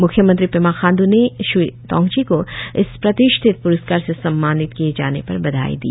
म्ख्यमंत्री पेमा खांडू ने श्री थोंगची को इस प्रतिष्ठि प्रस्कार से सम्मानित किए जाने पर बधाई दी